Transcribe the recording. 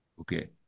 Okay